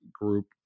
group